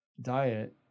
diet